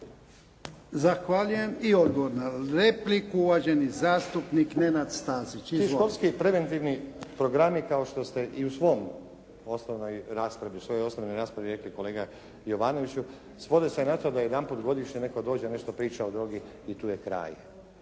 Zahvaljujem. I odgovor na repliku, uvaženi zastupnik Nenad Stazić. Izvolite. **Stazić, Nenad (SDP)** Ti školski preventivni programi kao što ste i u svojoj osnovnoj raspravi rekli kolega Jovanoviću svodi se na to da jedanput godišnje netko dođe da nešto priča o drogi i tu je kraj.